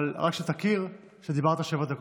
אבל רק שתכיר שדיברת שבע דקות.